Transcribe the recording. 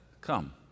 come